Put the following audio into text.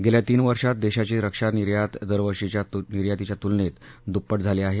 गेल्या तीन वर्षात देशाची रक्षा निर्यात दरवर्षींच्या निर्यातीच्या तुलनेत दुप्प झाली आहे